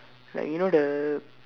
like you know the